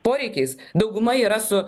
poreikiais dauguma yra su